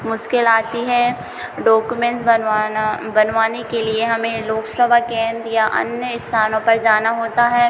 मुश्किल आती है डोकुमेंस बनवाना बनवाने के लिए हमें लोक सेवा केंद्र या अन्य स्थानों पर जान होता है